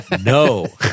No